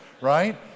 right